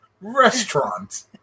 restaurant